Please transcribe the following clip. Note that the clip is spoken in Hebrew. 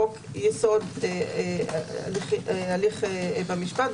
חוק יסוד הליך במשפט.